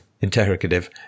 interrogative